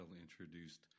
introduced